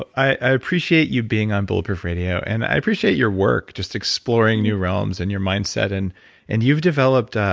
i appreciate you being on bulletproof radio, and i appreciate your work, just exploring new realms, and your mindset. and and you've developed